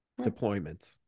Deployments